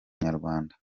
inyarwanda